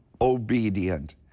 obedient